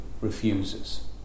refuses